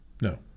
No